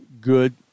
good